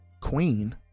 queen